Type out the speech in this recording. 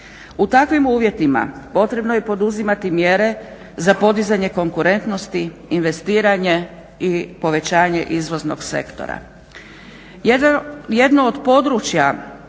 U takvim uvjetima potrebno je poduzimati mjere za podizanje konkurentnosti, investiranje i povećanje izvoznog sektora. Jedno od područja